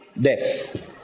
death